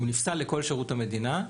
הוא נפסל לכל שירות המדינה.